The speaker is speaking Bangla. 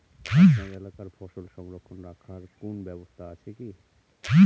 আপনার এলাকায় ফসল সংরক্ষণ রাখার কোন ব্যাবস্থা আছে কি?